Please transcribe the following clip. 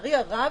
לצערי הרב,